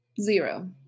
zero